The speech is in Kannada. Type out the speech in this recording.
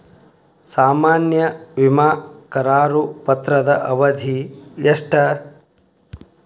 ಸಾಮಾನ್ಯ ವಿಮಾ ಕರಾರು ಪತ್ರದ ಅವಧಿ ಎಷ್ಟ?